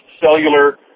cellular